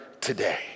today